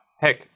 heck